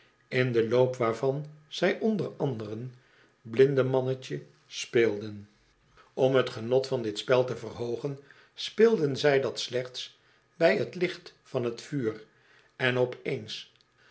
in den loop waarvan zij onder anderen blindemannetje speelden om t genot van dit spel te verhoogen speelden zij dat slechts bij x licht van t vuur en op eens